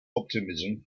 optimism